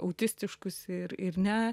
autistiškus ir ir ne